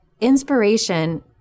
inspiration